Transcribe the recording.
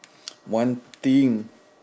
one thing